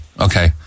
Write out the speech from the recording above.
Okay